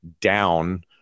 down